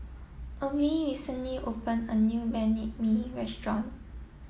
Obe recently open a new Banh Mi restaurant